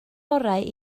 orau